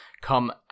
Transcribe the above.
come